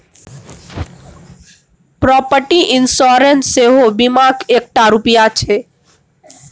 property insurance सेहो बीमाक एकटा रुप छै